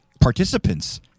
participants